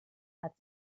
hat